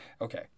Okay